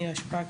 נירה שפק,